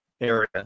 area